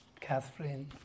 Catherine